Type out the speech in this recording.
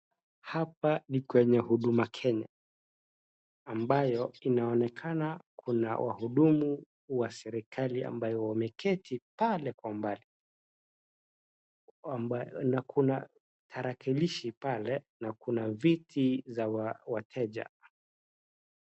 Hapa ni kwenye Huduma Kenya ambayo inaonekana kuna wahudumu wa serikali ambayo wameketi pale kwa umbali, na kuna tarakilishi pale na kuna viti za wateja.